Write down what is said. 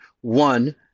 One